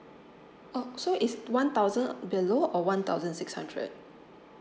oh so it's one thousand below or one thousand six hundred